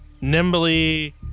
nimbly